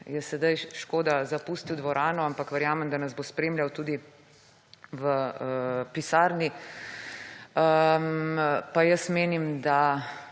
je sedaj škoda zapustil dvorano, ampak verjamem, da nas bo spremljal tudi v pisarni, pa jaz menim, da